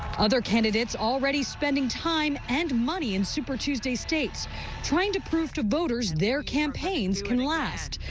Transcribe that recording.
other candidates already spending time and money and super tuesday states trying to prove to voters their campaigns can last.